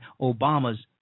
Obama's